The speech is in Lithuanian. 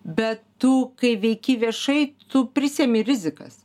bet tu kai veiki viešai tu prisiimi rizikas